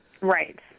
Right